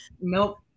nope